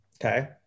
okay